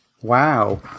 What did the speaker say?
Wow